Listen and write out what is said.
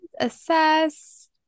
assess